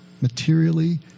materially